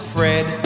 Fred